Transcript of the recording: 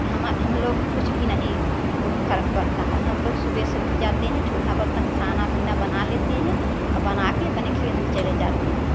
तो हमा हम लोग के कुछ भी नहीं ओ फर्क पड़ता है हम लोग सुबह से उठ जाते हैं चूल्हा बर्तन खाना पीना बना लेते हैं बना कर अपने खेत में चले जाते हैं